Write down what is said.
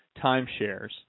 Timeshares